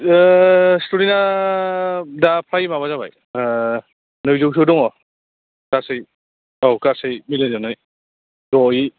स्टुडेन्टआ दा फ्राय माबा जाबाय नैजौसो दङ गासै औ गासै मिलायनानै जयै